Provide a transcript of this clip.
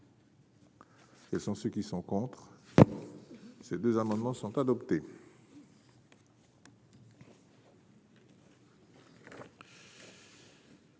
Quels sont ceux qui sont contre ces 2 amendements sont adoptés.